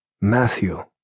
Matthew